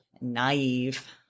naive